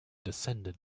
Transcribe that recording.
descended